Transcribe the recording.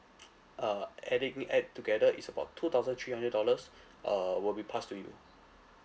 uh adding it add together is about two thousand three hundred dollars uh will be pass to you